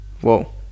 Whoa